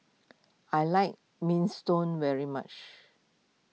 I like Minestrone very much